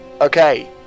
okay